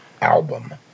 album